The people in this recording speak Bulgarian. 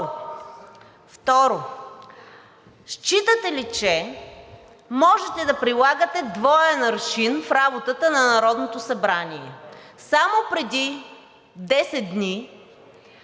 Второ, считате ли, че можете да прилагате двоен аршин в работата на Народното събрание? Само преди 10 дни